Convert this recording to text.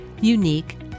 unique